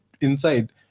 inside